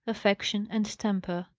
affection, and temper.